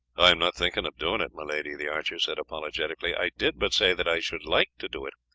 i am not thinking of doing it, my lady, the archer said apologetically i did but say that i should like to do it,